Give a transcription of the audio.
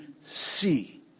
see